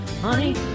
honey